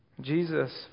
Jesus